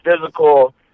physical